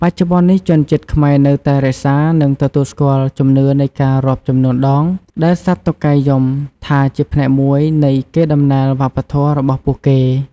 បច្ចុប្បន្ននេះ ជនជាតិខ្មែរនៅតែរក្សា និងទទួលស្គាល់ជំនឿនៃការរាប់ចំនួនដងដែលសត្វតុកែយំថាជាផ្នែកមួយនៃកេរដំណែលវប្បធម៌របស់ពួកគេ។